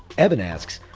evan asks,